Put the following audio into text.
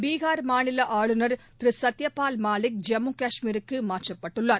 பீஹார் மாநில ஆளுநர் திரு சத்யபால் மாலிக் ஜம்மு கஷ்மீருக்கு மாற்றப்பட்டுள்ளார்